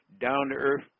down-to-earth